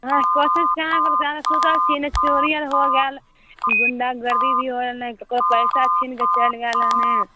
अहाँ कोशिश कहाँ करैत छियै अहाँ तऽ सुतल छी ने चोरी आर हो गैल गुण्डागर्दी भी होएल नहि तऽ कोइ पैसा छीन कऽ चलि गेल हय